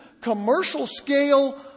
commercial-scale